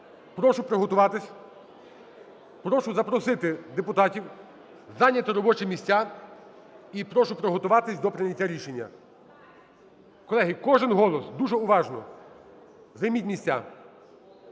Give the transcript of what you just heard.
прошу приготуватись. Прошу запросити депутатів зайняти робочі місця. І прошу приготуватись до прийняття рішення. Колеги, кожен голос, дуже уважно. Займіть місця.